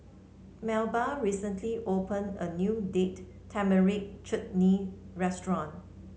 Melba recently opened a new Date Tamarind Chutney Restaurant